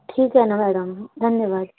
ठीक आहे ना मॅडम धन्यवाद